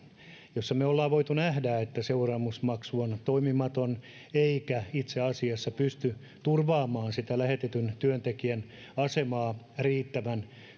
ja me olemme voineet nähdä että seuraamusmaksu on toimimaton eikä itse asiassa pysty turvaamaan sitä lähetetyn työntekijän asemaa riittävän